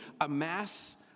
amass